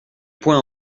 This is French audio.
point